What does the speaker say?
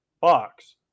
box